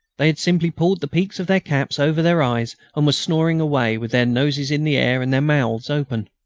they had simply pulled the peaks of their caps over their eyes and were snoring away, with their noses in the air and their mouths open.